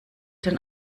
dann